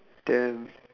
then